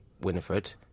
Winifred